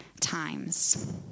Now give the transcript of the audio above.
times